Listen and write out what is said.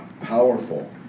powerful